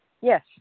Yes